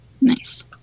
Nice